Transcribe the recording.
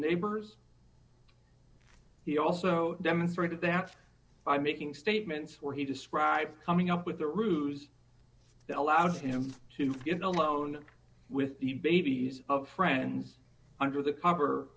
neighbors he also demonstrated that by making statements where he described coming up with a ruse that allowed him to get a loan with the babies of friends under the cover